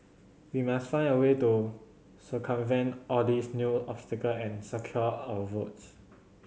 we must find a way to circumvent all these new obstacle and secure our votes